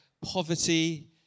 poverty